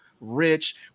rich